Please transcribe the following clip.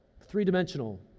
three-dimensional